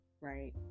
right